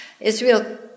Israel